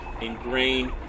ingrain